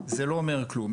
זה לא אומר כלום.